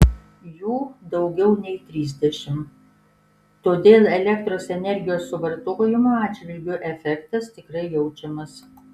jų daugiau nei trisdešimt todėl elektros energijos suvartojimo atžvilgiu efektas tikrai jaučiamas